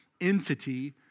entity